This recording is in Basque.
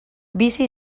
bizi